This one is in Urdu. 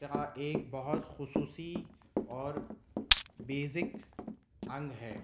کا ایک بہت خصوصی اور بیزک انگ ہے